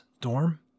dorm